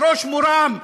בראש מורם,